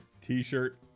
T-shirt